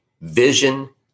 vision